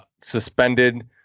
suspended